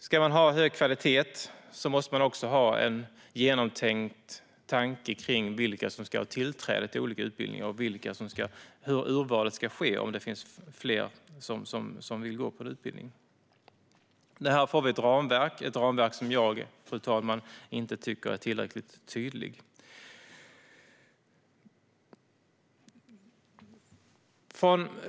Ska vi ha hög kvalitet måste vi också ha en tydlig tanke om vilka som ska ha tillträde till olika utbildningar och hur urvalet ska ske om många vill gå utbildningen. Här får vi ett ramverk, men det är ett ramverk som inte är tillräckligt tydligt.